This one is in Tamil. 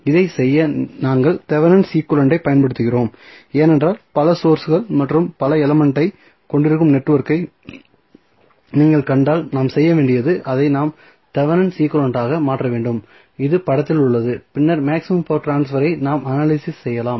இதைச் செய்ய நாங்கள் தெவெனின் ஈக்வலன்ட் ஐ பயன்படுத்துகிறோம் ஏனென்றால் பல சோர்ஸ்கள் மற்றும் பல எலமெண்ட்ஸ் ஐ கொண்டிருக்கும் நெட்வொர்க்கை நீங்கள் கண்டால் நாம் செய்ய வேண்டியது அதை நாம் தெவெனின் ஈக்வலன்ட் ஆக மாற்ற வேண்டும் இது படத்தில் உள்ளது பின்னர் மேக்ஸிமம் பவர் ட்ரான்ஸ்பரை நாம் அனலிஸ் செய்யலாம்